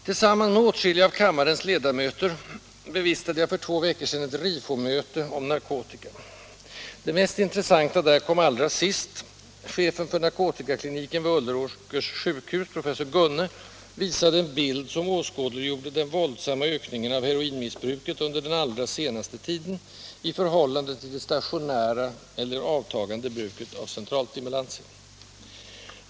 Tillsamman med åtskilliga av kammarens ledamöter bevistade jag för två veckor sedan ett RIFO-möte om narkotika. Det mest intressanta där kom allra sist. Chefen för narkotikakliniken vid Ulleråkers sjukhus, professor Gunne, visade en bild som åskådliggjorde den våldsamma ökningen av heroinmissbruket under den allra senaste tiden i förhållande till det stationära eller avtagande bruket av centralstimulantia.